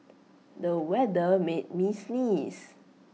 the weather made me sneeze